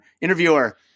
interviewer